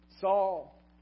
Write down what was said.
Saul